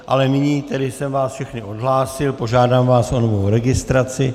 Ale nyní jsem vás všechny odhlásil, požádám vás o novou registraci.